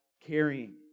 carrying